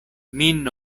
min